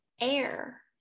air